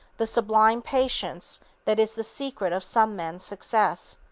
the sublime patience that is the secret of some men's success.